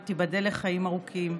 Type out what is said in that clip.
תיבדל לחיים ארוכים,